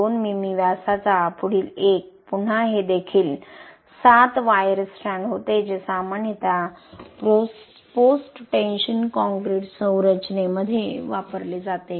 2 मिमी व्यासाचा पुढील एक पुन्हा हे देखील 7 वायर स्ट्रँड होते जे सामान्यतः पोस्टटेन्शन कंक्रीट संरचनेमध्ये वापरले जाते